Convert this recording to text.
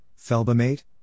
felbamate